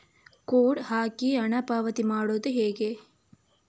Code ಹಾಕಿ ಹಣ ಪಾವತಿ ಮಾಡೋದು ಹೇಗೆ?